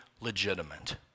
legitimate